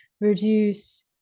reduce